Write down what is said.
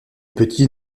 petits